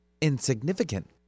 insignificant